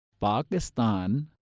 Pakistan